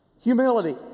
humility